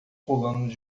pulando